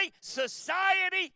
society